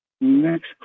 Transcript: Next